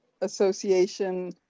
association